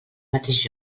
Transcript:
mateix